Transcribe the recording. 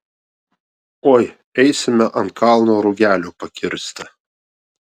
oi eisime ant kalno rugelių pakirsti